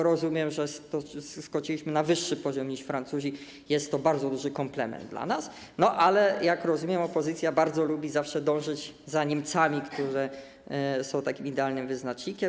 Rozumiem, że skoczyliśmy na wyższy poziom niż Francuzi, jest to bardzo duży komplement dla nas, ale jak rozumiem, opozycja bardzo lubi zawsze podążać za Niemcami, które są takim idealnym wyznacznikiem.